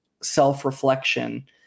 self-reflection